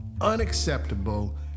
unacceptable